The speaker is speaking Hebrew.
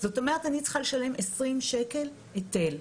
זאת אומרת אני צריכה לשלם 20 שקל היטל.